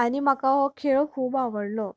आनी म्हाका हो खेळ खूब आवडलो